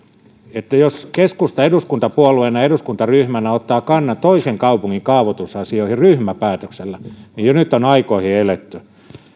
jos keskusta eduskuntapuolueena ja eduskuntaryhmänä ottaa kannan toisen kaupungin kaavoitusasioihin ryhmäpäätöksellä niin jo nyt on aikoihin eletty